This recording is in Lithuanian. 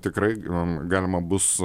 tikrai galima bus